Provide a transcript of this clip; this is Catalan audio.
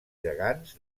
gegants